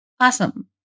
Awesome